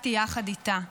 נחטפתי יחד איתה.